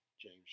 James